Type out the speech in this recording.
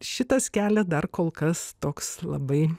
šitas kelias dar kol kas toks labai